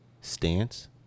stance